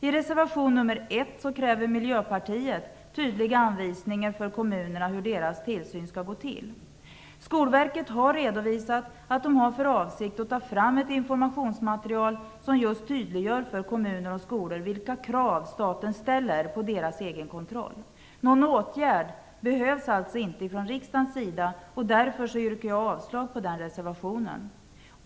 I reservation 1 kräver Miljöpartiet tydliga anvisningar för kommunerna om hur deras tillsyn skall gå till. Skolverket har redovisat att man har för avsikt att ta fram ett informationsmaterial som tydliggör för kommuner och skolor vilka krav staten ställer på deras egenkontroll. Någon åtgärd behövs alltså inte från riksdagens sida. Därför yrkar jag avslag på reservationen.